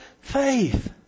faith